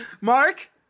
Mark